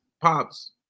pops